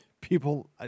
People